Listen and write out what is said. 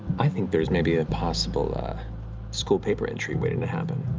i think there's maybe a possible school paper entry waiting to happen.